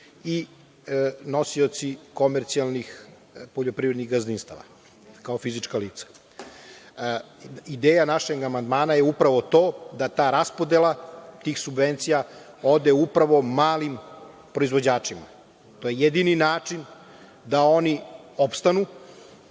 i nosioci komercijalnih poljoprivrednih gazdinstava, ako fizička lica. Ideja našeg amandmana je upravo to, da ta raspodela tih subvencija ode upravo malim proizvođačima. To je jedini način da oni opstanu,